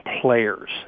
players